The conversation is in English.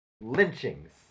lynchings